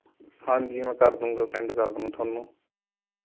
ਹਾਂਜੀ ਮੈਂ ਕਰ ਦਵਾਂਗਾ ਸੈਂਡ ਕਰ ਦਵਾਂਗਾ ਤੁਹਾਨੂੰ